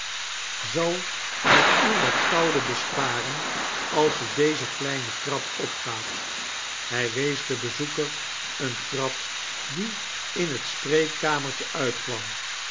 zal het u wat koude besparen als u deze kleine trap opgaat hij wees den bezoeker eene trap die in het spreekkamertje uitkwam